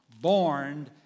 born